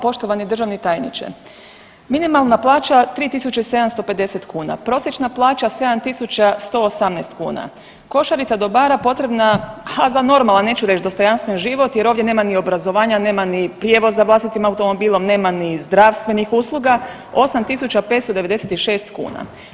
Poštovani državni tajniče, minimalna plaća 3.750 kuna, prosječna plaća 7.118 kuna, košarica dobara potrebna ha za normalan, neću reći dostojanstven život jer ovdje nema ni obrazovanja, nema ni prijevoza vlastitim automobilom, nema ni zdravstvenih usluga 8.596 kuna.